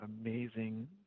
amazing